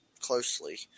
closely